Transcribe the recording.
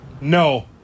No